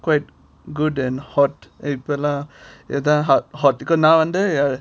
quite good and hot இப்போல்லாம் இதான்:ipolam idhan hot நான் வந்து:nan vandhu